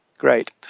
Great